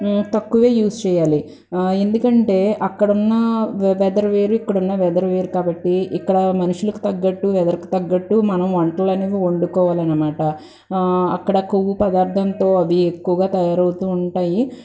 తక్కువే యూస్ చేయాలి ఎందుకంటే అక్కడున్న వెదర్ వేరు ఇక్కడున్న వెదర్ వేరు కాబట్టి ఇక్కడ మనుషులకు తగ్గట్టు వెదర్కి తగ్గట్టు మనం వంటలనేవి మనం వండుకోవాలనమాట అక్కడ కొవ్వు పదార్థంతో అవి ఎక్కువగా తయారవుతూ ఉంటాయి